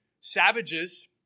savages